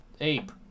ape